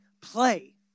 play